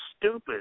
stupid